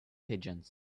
pigeons